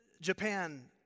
Japan